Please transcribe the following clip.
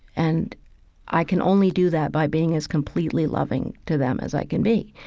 and i can only do that by being as completely loving to them as i can be,